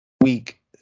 week